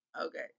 Okay